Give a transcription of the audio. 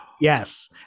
Yes